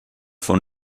von